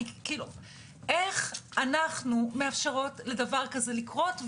איך אנחנו מאפשרות לדבר כזה לקרות?